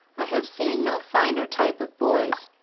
i have seen no finer type of boys.